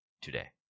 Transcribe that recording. today